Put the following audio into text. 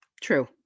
True